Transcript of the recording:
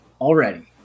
already